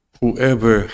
Whoever